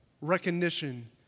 recognition